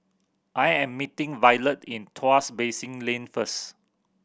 I am meeting Violet in Tuas Basin Lane first